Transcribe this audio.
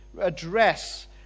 address